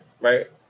right